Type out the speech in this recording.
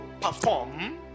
perform